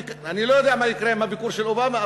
אני לא יודע מה יקרה עם הביקור של אובמה,